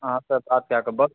अहांँसे बात कए कऽ बस